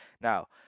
Now